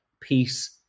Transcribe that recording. peace